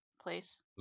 place